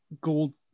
gold